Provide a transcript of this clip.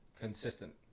Consistent